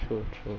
true true